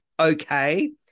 okay